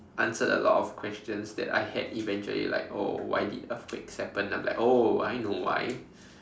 answered a lot of questions that I had eventually like oh why did earthquakes happen I'll be like oh I know why